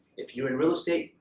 if you're in real estate,